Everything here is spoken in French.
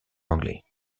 anglais